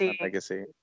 Legacy